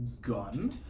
gun